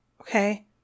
Okay